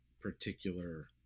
particular